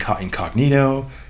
incognito